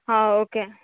हां ओके